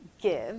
give